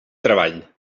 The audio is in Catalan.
treball